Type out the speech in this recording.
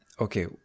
okay